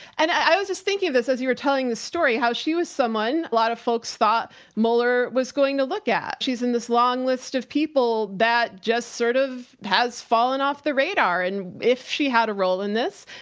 and i was just thinking of this as you were telling the story, how she was someone, a lot of folks thought mueller was going to look at. she's in this long list of people that just sort of has fallen off the radar and if she had a role in this,